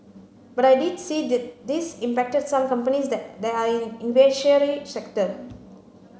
but I did see that this impacted some companies that they are in in sector